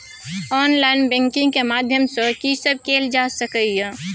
Online banking के माध्यम सं की सब कैल जा सके ये?